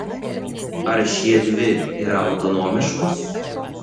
ar šiedvi yra autonomiškos